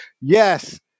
Yes